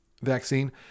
vaccine